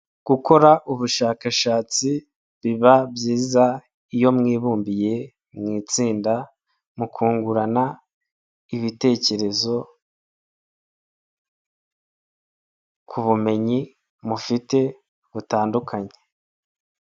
Gukora ubushakashatsi biba byiza iyo mwibumbiye mu itsinda mukungurana ibitekerezo ku bumenyi mufite butandukanye.